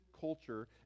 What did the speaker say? culture